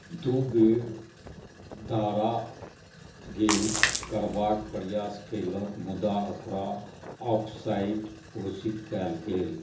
दुइ बेर दारा गोल करबाक प्रयास कएलक मुदा ओकरा ऑफसाइड घोषित कएल गेल